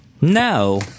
No